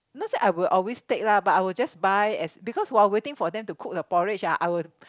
not say I'll always take lah but I'll just buy as because while waiting for them to cook the porridge ah I would